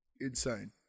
insane